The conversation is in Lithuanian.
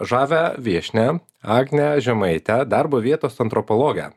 žavią viešnią agnę žemaitę darbo vietos antropologę